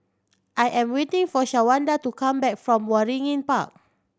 I am waiting for Shawanda to come back from Waringin Park